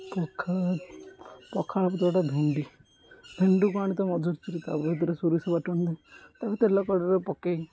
ପଖାଳ ପଖାଳ ପରେ ଗୋଟା ଭେଣ୍ଡି ଭେଣ୍ଡିକୁ ଆଣି ତାକୁ ନ ମଝିରୁ ଚିରି ତା ଭିତରେ ସୋରିଷ ବାଟନ୍ତି ତାକୁ ତେଲ କରେଇରେ ପକେଇ